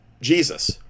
Jesus